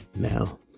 Now